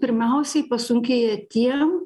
pirmiausiai pasunkėja tiem